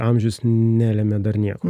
amžius nelemia dar nieko